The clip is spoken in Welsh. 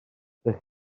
ydych